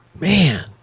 Man